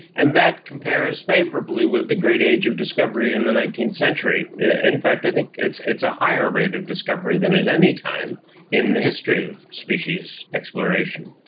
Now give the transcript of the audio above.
and that compares favourably with the great age of discovery in the nineteenth century. in fact i think it's it's a higher rate of discovery than in any time in the history of species exploration.